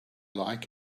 like